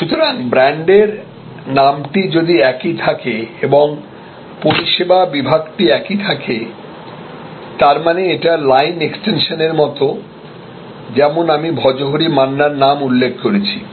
সুতরাং ব্র্যান্ডের নামটি যদি একই থাকে এবং পরিষেবা বিভাগটি একই থাকে তার মানে এটা লাইন এক্সটেনশনের মতো যেমন আমি ভজহরি মান্নার নাম উল্লেখ করেছি